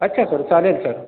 अच्छा सर चालेल सर